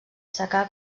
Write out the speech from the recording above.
secà